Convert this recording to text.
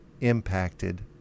impacted